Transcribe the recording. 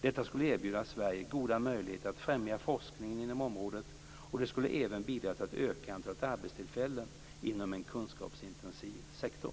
Detta skulle erbjuda Sverige goda möjligheter att främja forskningen inom området, och det skulle även bidra till att öka antalet arbetstillfällen inom en kunskapsintensiv sektor.